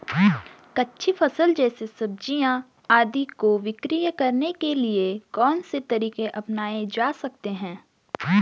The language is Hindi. कच्ची फसल जैसे सब्जियाँ आदि को विक्रय करने के लिये कौन से तरीके अपनायें जा सकते हैं?